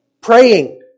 Praying